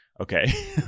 okay